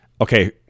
okay